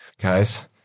guys